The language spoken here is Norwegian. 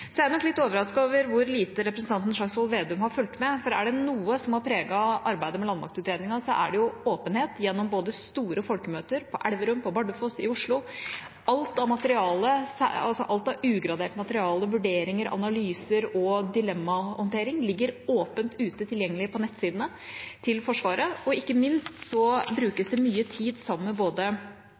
Så er jeg litt overrasket over hvor lite representanten Slagsvold Vedum har fulgt med, for er det noe som har preget arbeidet med landmaktutredningen, er det åpenhet, gjennom store folkemøter både på Elverum, på Bardufoss og i Oslo. Alt av ugradert materiale, vurderinger, analyser og dilemmahåndtering ligger åpent tilgjengelig på nettsidene til Forsvaret. Ikke minst brukes det mye tid med både